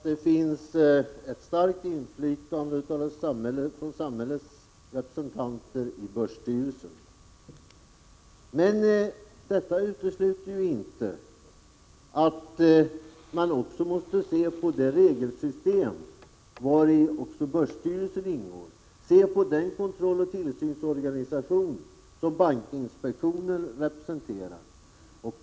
Herr talman! Det är bra att samhällets representanter har ett starkt inflytande i börsstyrelsen, men detta utesluter inte att det görs en översyn av det regelsystem vari börsstyrelsen ingår och av den kontrolloch tillsynsorganisation som bankinspektionen representerar.